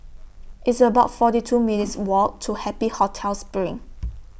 It's about forty two minutes' Walk to Happy Hotel SPRING